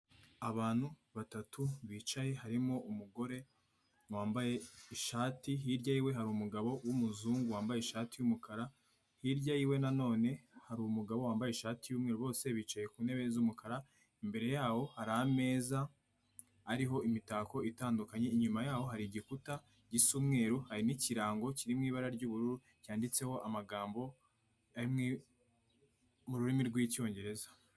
Abantu batatu bicaye harimo umugore wambaye ishati hi ryawe yiwe hariru umugabo w'umuzungu wambaye ishati y'umukara, hirya y'iwe na none hari umugabo wambaye ishati y'umweru bose bicaye ku ntebe z'umukara, imbere yabo hari ameza ariho imitako itandukanye, inyuma yaho hari igikuta gimweru hari n'ikirango kiririmo ibara ry'ubururu cyanditseho amagambo amwe mu rurimi rw'icyongereza.